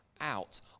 out